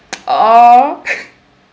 !aww!